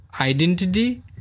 identity